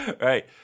right